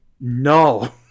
no